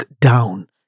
down